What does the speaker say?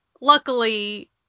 luckily